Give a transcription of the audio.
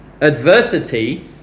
Adversity